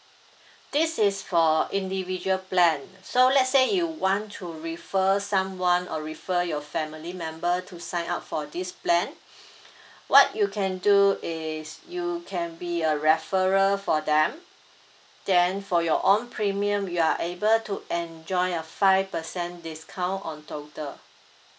this is for individual plan so let's say you want to refer someone or refer your family member to sign up for this plan what you can do is you can be a referral for them then for your own premium you are able to enjoy a five percent discount on total